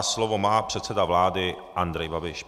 Slovo má předseda vlády Andrej Babiš.